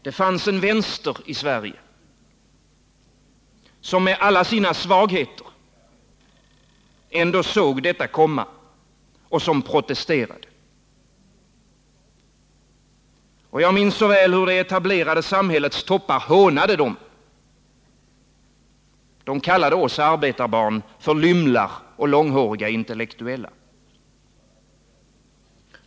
Det fanns en vänster i Sverige som med alla sina svagheter ändå såg detta komma och som protesterade. Jag minns så väl hur det etablerade samhällets toppar hånade den. De kallade oss arbetarbarn för lymlar och långhåriga intellektuella.